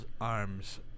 arms